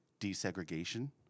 desegregation